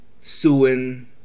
suing